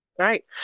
Right